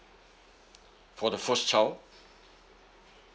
for the first child